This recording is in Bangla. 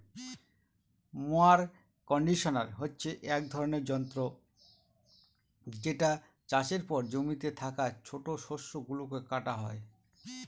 মোয়ার কন্ডিশনার হচ্ছে এক ধরনের যন্ত্র যেটা চাষের পর জমিতে থাকা ছোট শস্য গুলোকে কাটা হয়